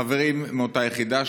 חברים מאותה היחידה,